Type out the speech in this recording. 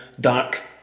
dark